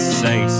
say